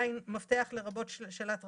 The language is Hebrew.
מפתח, לרבות שלט רחוק.